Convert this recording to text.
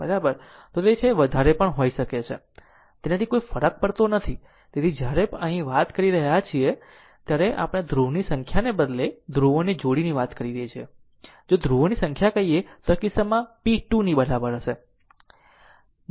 તો તે છે તે પણ વધારે હોઈ શકે તેનાથી કોઈ ફરક પડતો નથી તેથી જ્યારે આપણે અહીં વાત કરી રહ્યા છીએ ત્યારે આપણે ધ્રુવની સંખ્યાને બદલે ધ્રુવોની જોડીની વાત કરીએ જો ધ્રુવની સંખ્યા કહીએ તો આ કિસ્સામાં તે p 2 ની બરાબર છે